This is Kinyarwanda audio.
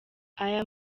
aya